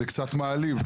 זה קצת מעליב,